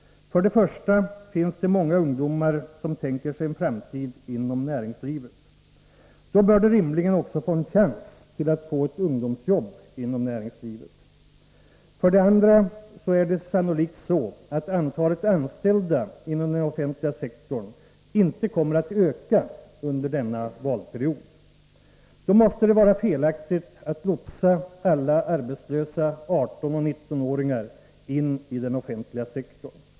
För det första finns det många ungdomar som tänker sig en framtid inom näringslivet. Då bör de rimligen också få en chans att få ett ungdomsjobb inom näringslivet. För det andra är det sannolikt så att antalet anställda inom den offentliga sektorn inte kommer att öka under denna valperiod. Då måste det vara felaktigt att lotsa alla arbetslösa 18-19-åringar in i den offentliga sektorn.